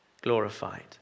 glorified